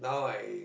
now I